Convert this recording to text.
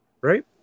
right